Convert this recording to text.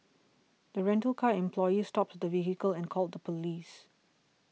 the rental car employee stopped the vehicle and called the police